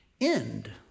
end